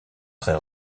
très